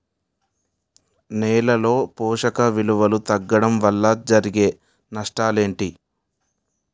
నేలలో పోషక విలువలు తగ్గడం వల్ల జరిగే నష్టాలేంటి?